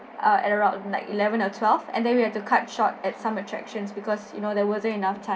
and around like eleven or twelve and then we have to cut short at some attractions because you know there wasn't enough time